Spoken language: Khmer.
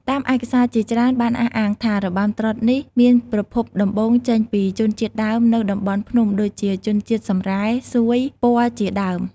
តាមឯកសារជាច្រើនបានអះអាងថា របាំត្រុដិនេះមានប្រភពដំបូងចេញពីជនជាតិដើមនៅតំបន់ភ្នំដូចជា ជនជាតិសម្រែ សួយ ព័រជាដើម ។